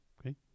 okay